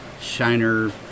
Shiner